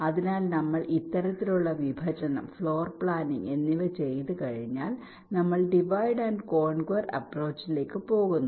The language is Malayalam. അതിനാൽ നമ്മൾ ഇത്തരത്തിലുള്ള വിഭജനം ഫ്ലോർ പ്ലാനിംഗ് എന്നിവ ചെയ്തുകഴിഞ്ഞാൽ നമ്മൾ ഡിവൈഡ് ആൻഡ് കോൺക്യുർ അപ്പ്രോച്ചിലേക്ക് പോകുന്നു